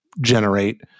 generate